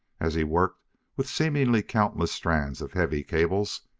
as he worked with seemingly countless strands of heavy cables,